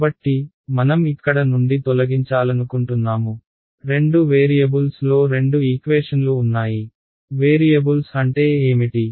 కాబట్టి మనం ఇక్కడ నుండి తొలగించాలనుకుంటున్నాము రెండు వేరియబుల్స్లో రెండు ఈక్వేషన్లు ఉన్నాయి వేరియబుల్స్ అంటే ఏమిటి